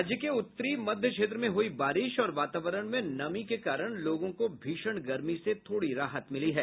राज्य के उत्तरी मध्य क्षेत्र में हुई बारिश और वातावरण में नमी के कारण लोगों को भीषण गर्मी से थोड़ी राहत मिली है